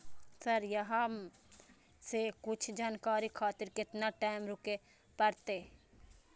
Sir अहाँ से कुछ जानकारी खातिर केतना टाईम रुके परतें?